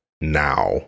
now